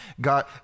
God